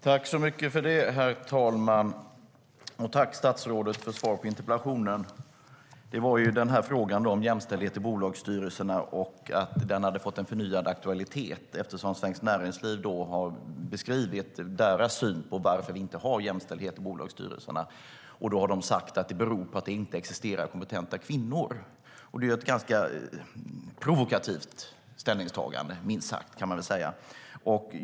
Herr talman! Jag tackar statsrådet för svaret på interpellationen. Frågan om jämställdhet i bolagsstyrelserna har fått förnyad aktualitet, eftersom Svenskt Näringsliv beskrivit sin syn på varför vi inte har jämställdhet i bolagsstyrelserna. De har sagt att det beror på att det inte existerar kompetenta kvinnor. Det är ett ganska provokativt ställningstagande, minst sagt.